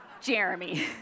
Jeremy